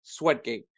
Sweatgate